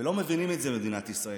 לא מבינים את זה במדינת ישראל.